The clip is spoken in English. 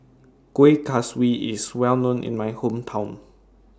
Kueh Kaswi IS Well known in My Hometown